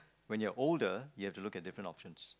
when you're older you've to looks at different options